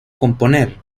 componer